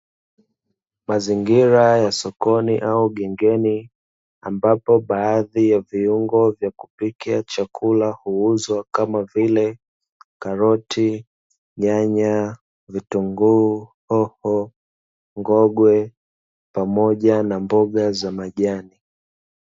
Mazingira ya sokoni au gengeni, ambapo baadhi ya viungo vya kupikia chakula huuzwa, kama vile: karoti, nyanya, vitunguu, hoho, ngogwe pamoja na mboga za majani.